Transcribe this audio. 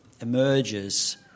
emerges